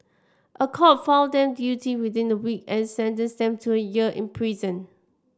a court found them guilty within a week and sentenced them to a year in prison